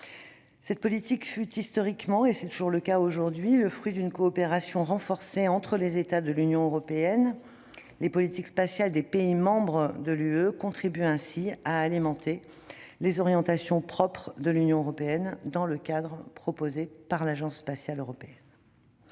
Cette politique fut historiquement- c'est toujours le cas aujourd'hui -le fruit d'une coopération renforcée entre les États de l'Union européenne. Les politiques spatiales des pays membres de l'Union contribuent ainsi à alimenter ses orientations propres dans le cadre proposé par l'Agence spatiale européenne.